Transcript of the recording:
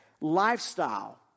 lifestyle